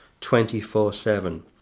24-7